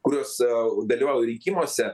kurios dalyvauja rinkimuose